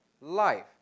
Life